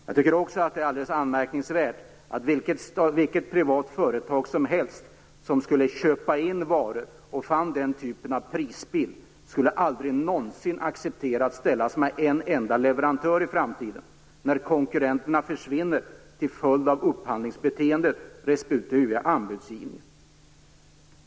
Saken är mycket anmärkningsvärd. Inte i något privat företag som fann den typen av prisbild när man skulle köpa in varor skulle man någonsin acceptera att ställas med en enda leverantör i framtiden, när konkurrenterna försvinner till följd av upphandlingsbeteendet och anbudsgivningen.